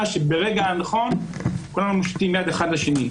שברגע הנכון כולנו מושיטים יד אחד לשני.